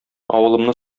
авылымны